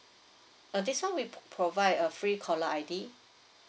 uh this [one] we pro~ provide a free caller I_D